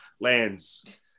lands